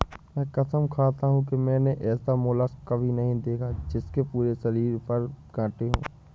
मैं कसम खाता हूँ कि मैंने ऐसा मोलस्क कभी नहीं देखा जिसके पूरे शरीर पर काँटे हों